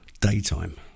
daytime